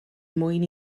mwyn